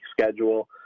schedule